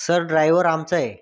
sir driver आमचा आहे